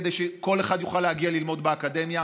כדי שכל אחד יוכל להגיע ללמוד באקדמיה.